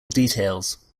details